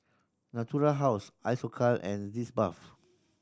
Natural House Isocal and Sitz Bath